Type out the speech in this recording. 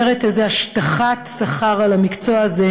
ועוברת איזו השטחת שכר על המקצוע הזה